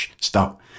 stop